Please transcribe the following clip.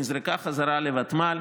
נזרקה בחזרה לוותמ"ל.